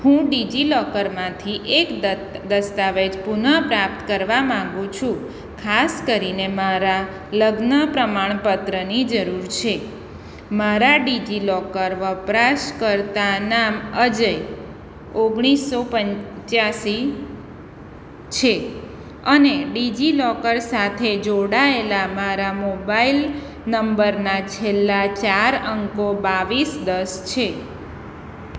હું ડીજીલોકર માંથી એક દ દસ્તાવેજ પુન પ્રાપ્ત કરવા માંગુ છું ખાસ કરીને મારા લગ્ન પ્રમાણપત્રની જરૂર છે મારા ડીજીલોકર વપરાશકર્તા નામ અજય ઓગણીસો પંચ્યાસી છે અને ડીજીલોકર સાથે જોડાયેલા મારા મોબાઈલ નંબરના છેલ્લા ચાર અંકો બાવીસ દસ છે